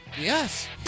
Yes